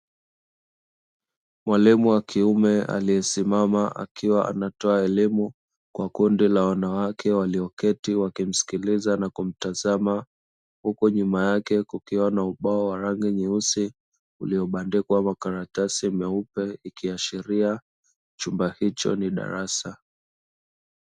Mwalimu wa kiume aliyesimama akiwa anatoa elimu kwa kundi la wanawake walioketi wakimsikiliza na kumtazama, huku nyuma yake kukiwa na ubao wa rangi nyeusi uliobandikwa makaratasi meupe ikiashiria chumba hicho ni darasa.